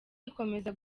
ikomeza